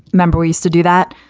remember, we used to do that.